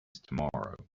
tomorrow